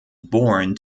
born